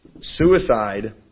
suicide